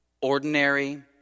Ordinary